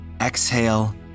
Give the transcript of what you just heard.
Exhale